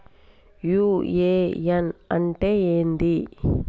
UAN అంటే ఏంది?